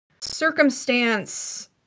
circumstance